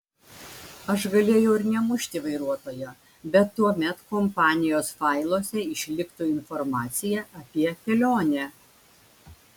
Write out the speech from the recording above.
aš galėjau ir nemušti vairuotojo bet tuomet kompanijos failuose išliktų informacija apie kelionę